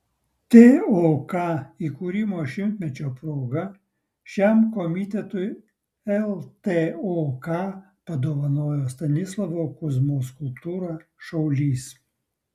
tok įkūrimo šimtmečio proga šiam komitetui ltok padovanojo stanislovo kuzmos skulptūrą šaulys